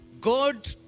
God